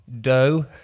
dough